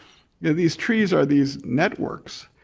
yeah these trees are these network.